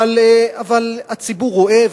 אבל הציבור רואה,